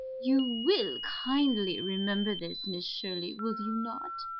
you will kindly remember this, miss shirley, will you not?